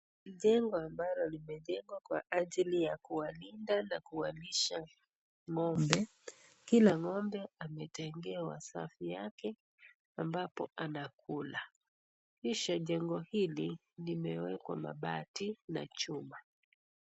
Jengo amalo limejengwa kwa la ajili ya kuwalinda na kuwalisha ngombe, kila ngombe ametengewa safu yake ambapo anakula kisha jengo hili limewekwa mabati na chuma.